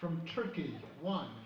from turkey one